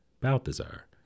Balthazar